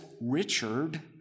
Richard